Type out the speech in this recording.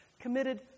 committed